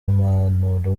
impanuro